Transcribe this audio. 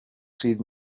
sydd